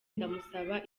ndamusaba